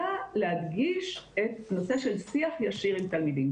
אלא להדגיש את הנושא של שיח ישיר עם תלמידים,